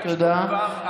תודה.